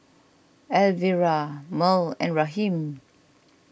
Elvira Merl and Raheem